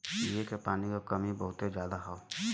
पिए के पानी क कमी बढ़्ते जात हौ